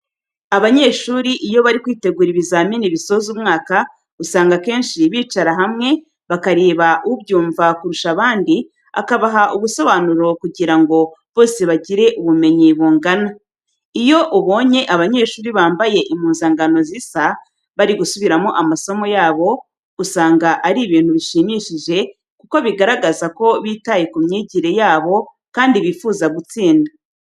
Abanyeshuri iyo bari kwitegura ibizamini bisoza umwaka, usanga akenshi bicara hamwe bakareba ubyumva kurusha abandi akabaha ubusobanuro kugira ngo bose bagire ubumenyi bungana. Iyo ubonye abanyeshuri bambaye impuzankano zisa, bari gusubiramo amasomo yabo, usanga ari ibintu bishimishije kuko bigaragaza ko bitaye ku myigire yabo kandi bifuza gutsinda.